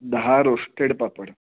दहा रोस्टेड पापड